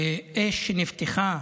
ואש נפתחה